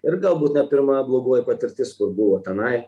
ir galbūt ne pirma blogoji patirtis kur buvo tenai